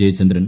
Jayachandran